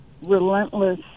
relentless